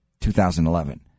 2011